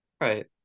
Right